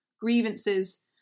grievances